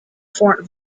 fort